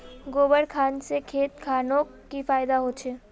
गोबर खान से खेत खानोक की फायदा होछै?